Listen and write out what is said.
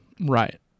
Right